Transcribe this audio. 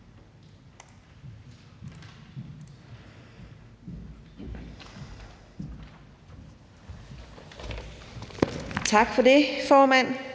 Tak for ordet, formand.